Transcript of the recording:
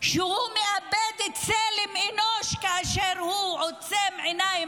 שהוא מאבד צלם אנוש כאשר הוא עוצם עיניים